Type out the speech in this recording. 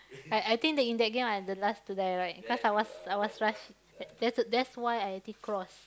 like I think the in that game I the last to die right cause I was I was rush that's that's why I did cross